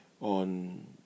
on